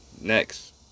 next